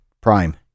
Prime